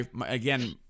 Again